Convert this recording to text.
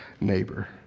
neighbor